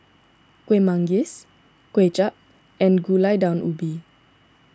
Kuih Manggis Kway Chap and Gulai Daun Ubi